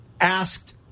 asked